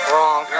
Wrong